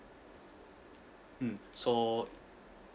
mm so